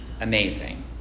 amazing